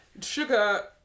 sugar